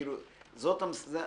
זאת המטרה,